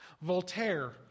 Voltaire